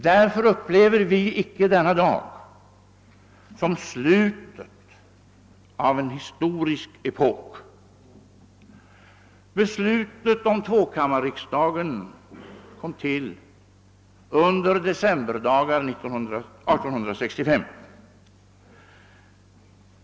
Därför upplever vi icke denna dag som slutet av en historisk epok. Beslutet om tvåkammarriksdagen kom till under decemberdagar 1865.